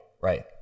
Right